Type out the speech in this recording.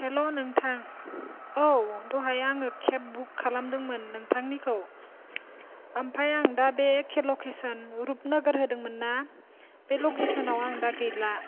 हेल' नोंथां औ दहाय आङो केब बुक खालामदोंमोन नोंथांनिखौ ओमफाय आं दा बे एके लकेसन रुपनोगोर होदोंमोन ना बे लकेसन आव आं दा गैला